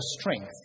strength